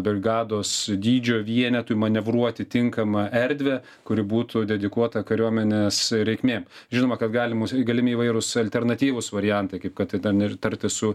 brigados dydžio vienetui manevruoti tinkamą erdvę kuri būtų dedikuota kariuomenės reikmėm žinoma kad galimos ir galimi įvairūs alternatyvūs variantai kaip kad ten ir tartis su